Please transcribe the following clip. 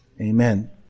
amen